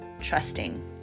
trusting